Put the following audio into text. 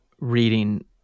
reading